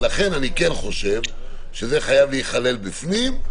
ולכן אני חושב שזה חייב להיכלל בפנים.